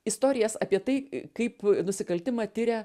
istorijas apie tai kaip nusikaltimą tiria